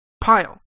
pile